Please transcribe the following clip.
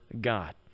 God